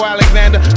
Alexander